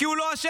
כי הוא לא אשם.